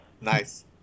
Nice